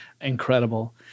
Incredible